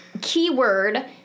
keyword